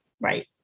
right